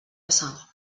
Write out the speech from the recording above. passar